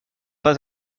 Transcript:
pas